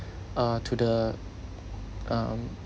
uh to the um